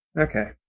Okay